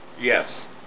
yes